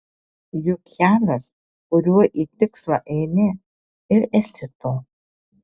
juk kelias kuriuo į tikslą eini ir esi tu